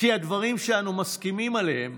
כי הדברים שאנו מסכימים עליהם